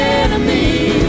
enemy